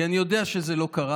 כי אני יודע שזה לא קרה.